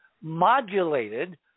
modulated